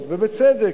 ובצדק,